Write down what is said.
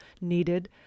needed